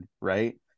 right